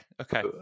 okay